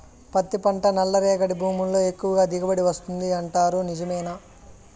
పత్తి పంట నల్లరేగడి భూముల్లో ఎక్కువగా దిగుబడి వస్తుంది అంటారు నిజమేనా